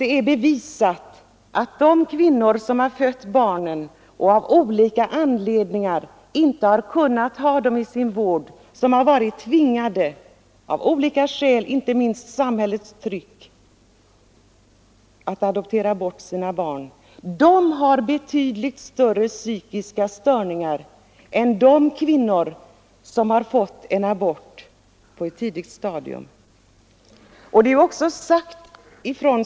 Det är bevisat att de kvinnor som fött sina barn men av olika anledningar inte har kunnat behålla dem i sin vård utan varit tvingade — inte minst av samhällets tryck — att adoptera bort dem, har betydligt större psykiska störningar än de kvinnor som har fått abort på ett tidigt stadium.